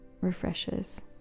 refreshes